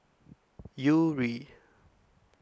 Yuri